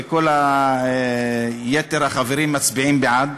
וכל יתר החברים מצביעים בעד.